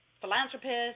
philanthropists